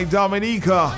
Dominica